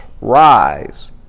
rise